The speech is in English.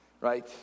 Right